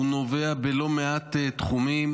והוא נוגע בלא מעט תחומים.